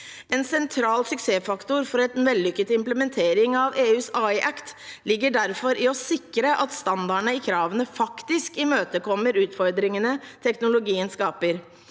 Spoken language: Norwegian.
En sentral suksessfaktor for en vellykket implementering av EUs AI Act ligger i å sikre at standardene i kravene faktisk imøtekommer utfordringene teknologien skaper.